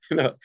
no